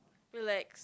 relax